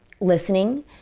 listening